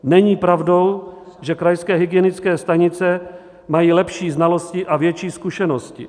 Není pravdou, že krajské hygienické stanice mají lepší znalosti a větší zkušenosti.